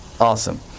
Awesome